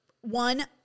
one